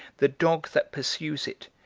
the dog that pursues it,